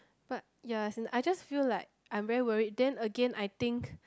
but ya as in I just feel like I'm very worried then Again I think